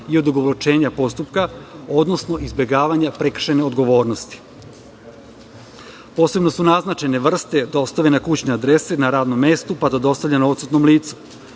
i odugovlačenja postupka, odnosno izbegavanja prekršajne odgovornosti. Posebno su naznačene vrste dostave - na kućne adrese, na radnom mestu, pa do dostavljanja odsutnom licu.